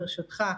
ברשותך,